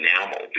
enamel